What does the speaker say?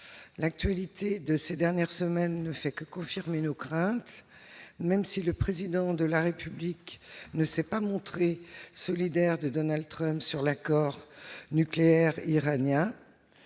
L'actualité des dernières semaines ne fait que confirmer nos craintes. Même si le Président de la République ne s'est pas montré solidaire de Donald Trump à propos de l'accord sur le nucléaire iranien,